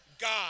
God